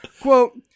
quote